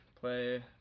play